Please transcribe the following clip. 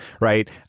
right